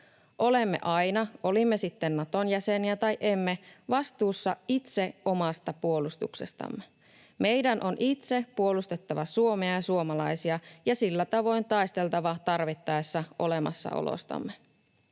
Olemme aina, olimme sitten Naton jäseniä tai emme, vastuussa itse omasta puolustuksestamme. Meidän on itse puolustettava Suomea ja suomalaisia ja sillä tavoin taisteltava tarvittaessa olemassaolostamme,